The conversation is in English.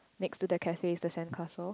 next to the cafe is the sand castle